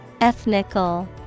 Ethnical